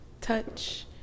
touch